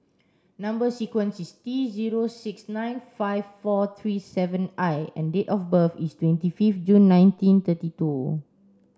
number sequence is T zero six nine five four three seven I and date of birth is twenty fifth June nineteen thirty two